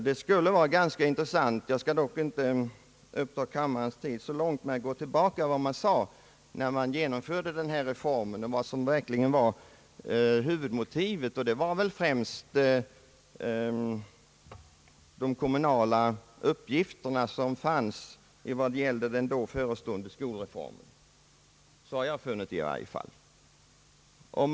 Det skulle vara ganska intressant — jag skall dock inte ta någon längre tid i anspråk för det — att gå tillbaka till vad man sade, när man genomförde den här reformen, om vad som verkligen var huvudmotivet. Det var väl främst de uppgifter som ålåg kommunerna i fråga om den då förestående skolreformen. Så har jag i varje fall funnit.